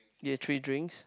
you have three drinks